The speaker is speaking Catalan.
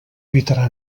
evitarà